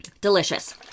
Delicious